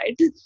right